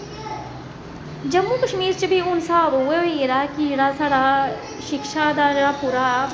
जम्मू कश्मीर च बी हून स्हाव उऐ होई गेदा ऐ कि जेह्ड़ा साढ़ा शिक्षा दा जेह्ड़ा पूरा